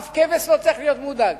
אף כבש לא צריך להיות מודאג,